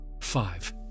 Five